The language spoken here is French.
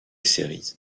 serie